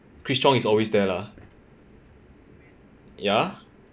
chris chong is always there lah ya